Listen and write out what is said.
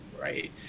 right